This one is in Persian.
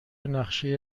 نقشه